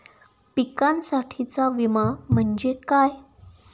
पिकांसाठीचा विमा म्हणजे काय?